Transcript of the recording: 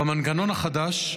המנגנון החדש,